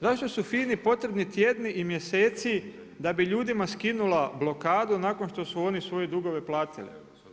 Zašto su FINA-i potrebni tjedni i mjeseci da bi ljudima skinula blokadu nakon što su oni svoje dugove platili?